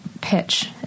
pitch